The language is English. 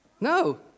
No